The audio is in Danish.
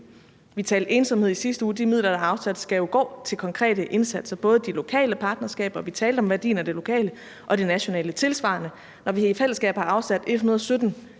Vi talte om ensomhed i sidste uge, og de midler, der er afsat, skal jo gå til konkrete indsatser, herunder til de lokale partnerskaber, og vi talte om værdien af det lokale og det nationale. Det er tilsvarende, når vi i fællesskab har afsat 117